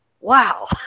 wow